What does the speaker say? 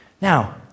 Now